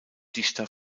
dichter